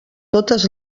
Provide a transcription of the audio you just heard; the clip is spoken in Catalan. totes